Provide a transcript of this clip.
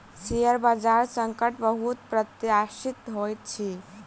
share बजार संकट बहुत अप्रत्याशित होइत अछि